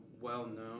well-known